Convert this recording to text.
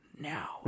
now